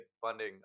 funding